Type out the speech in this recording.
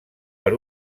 per